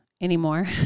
anymore